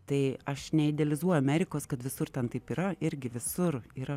tai aš neidealizuoju amerikos kad visur ten taip yra irgi visur yra